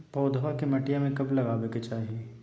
पौधवा के मटिया में कब लगाबे के चाही?